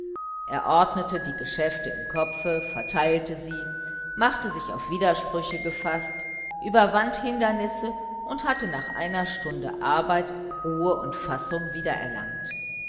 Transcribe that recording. er ordnete die geschäfte im kopfe verteilte sie machte sich auf widersprüche gefaßt überwand hindernisse und hatte nach einer stunde arbeit ruhe und fassung wiedererlangt